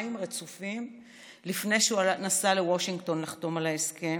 יומיים רצופים לפני שהוא נסע לוושינגטון לחתום על ההסכם.